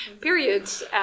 periods